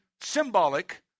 symbolic